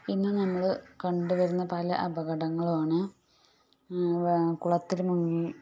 ഇന്ന് നമ്മൾ കണ്ടുവരുന്ന പല അപകടങ്ങളുമാണ് കുളത്തിൽ മുങ്ങി